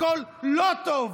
הכול לא טוב.